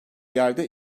yerde